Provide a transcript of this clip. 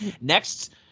Next